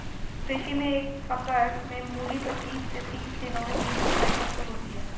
कृषि में एक पकड़ में मूली पचीस से तीस दिनों में बीज से परिपक्व होती है